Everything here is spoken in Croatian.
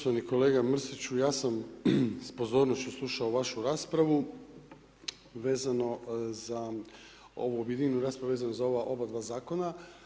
Poštovani kolega Mrsiću ja sam s pozornošću slušao vašu raspravu vezano za ovu objedinjenu raspravu i za ova oba dva zakona.